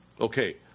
Okay